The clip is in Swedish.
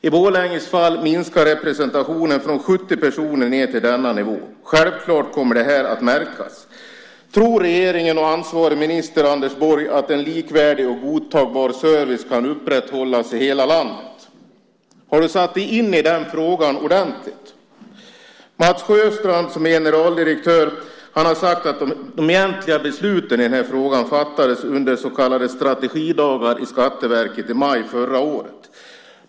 I Borlänges fall minskar representationen från 70 personer ned till denna nivå. Självklart kommer det att märkas. Tror regeringen och ansvarig minister, Anders Borg, att en likvärdig och godtagbar service kan upprätthållas i hela landet? Har du satt dig in i den frågan ordentligt? Mats Sjöstrand, som är generaldirektör, har sagt att de egentliga besluten i den här frågan fattades under så kallade strategidagar i Skatteverket i maj förra året.